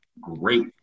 great